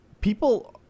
people